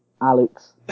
Alex